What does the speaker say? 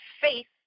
faith